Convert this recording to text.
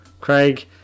Craig